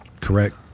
Correct